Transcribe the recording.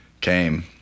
came